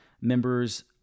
Members